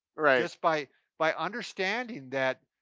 just by by understanding that,